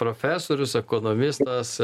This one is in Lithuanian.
profesorius ekonomistas